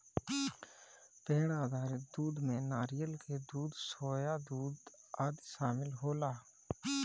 पेड़ आधारित दूध में नारियल के दूध, सोया दूध आदि शामिल होला